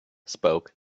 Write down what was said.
spoke